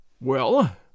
Well